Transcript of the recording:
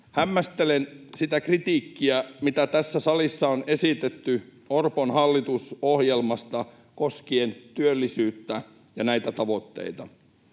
Hämmästelen sitä kritiikkiä, mitä tässä salissa on esitetty Orpon hallitusohjelmasta koskien työllisyyttä ja näitä tavoitteita.